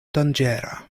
danĝera